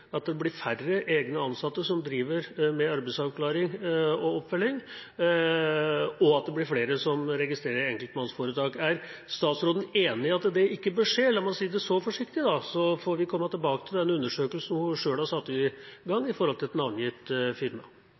at det blir færre egne ansatte som driver med arbeidsavklaring og oppfølging, og at det blir flere som registrerer enkeltmannsforetak. Er statsråden enig i at det ikke bør skje? La meg si det så forsiktig, og så får vi komme tilbake til den undersøkelsen hun selv har satt i gang, med tanke på et navngitt firma.